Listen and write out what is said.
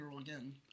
again